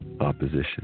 Opposition